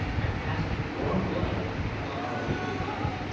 and cast a warm glow upon our leafy bower.